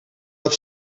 had